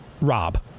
rob